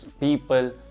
people